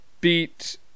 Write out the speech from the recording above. beat